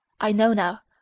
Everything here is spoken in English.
i know now,